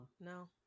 no